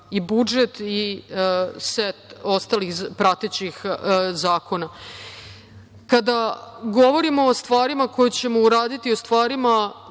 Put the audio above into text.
i budžet i set ostalih pratećih zakona. Kada govorimo o stvarima koje ćemo uraditi koje su nama